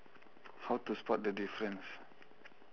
how to spot the difference